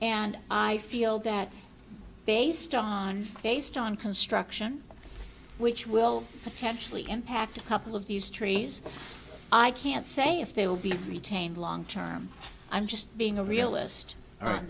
and i feel that based on based on construction which will potentially impact a couple of these trees i can't say if they will be retained long term i'm just being a realist on